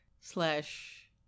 slash